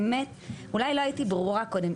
אולי לא הייתי ברורה קודם.